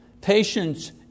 Patience